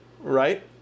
right